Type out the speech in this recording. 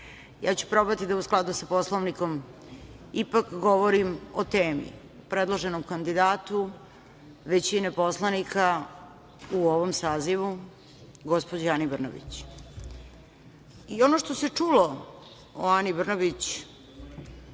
tome. Probaću da, u skladu sa Poslovnikom, ipak govorim o temi - predloženom kandidatu većine poslanika u ovom sazivu, gospođi Ani Brnabić. Ono što se čulo o Ani Brnabić